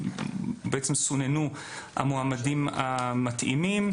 בעצם סוננו המועמדים המתאימים.